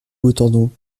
beautendon